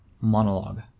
monologue